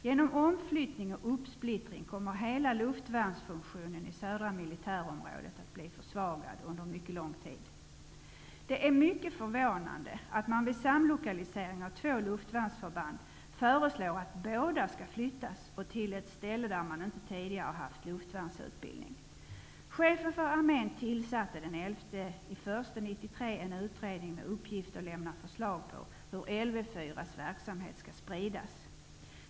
Genom omflyttning och uppsplittring kommer hela luftvärnsfunktionen i Södra Militärområdet att bli försvagad under en mycket lång tid. Det är mycket förvånande att man vid samlokalisering av två luftvärnsförband föreslår att båda skall flyttas och detta till ett ställe där man inte tidigare haft luftvärnsutbildning. 4:s verksamhet skall spridas.